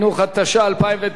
התש"ע 2009,